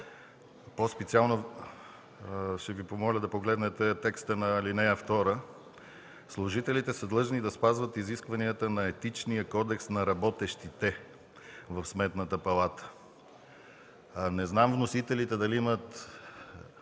По-специално ще Ви помоля да погледнете текста на ал. 2: „Служителите са длъжни да спазват изискванията на Етичния кодекс на работещите в Сметната палата”. Не знам вносителите дали имат